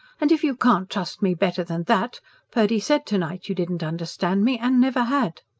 and if you can't trust me better than that purdy said to-night you didn't understand me. and never had.